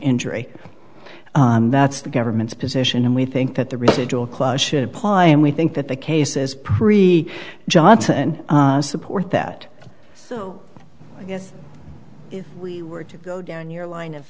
injury and that's the government's position and we think that the residual clubs should apply and we think that the cases pre johnson support that so i guess we were to go down your line of